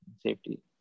safety